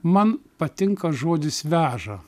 man patinka žodis veža